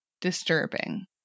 disturbing